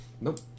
Nope